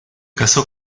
casó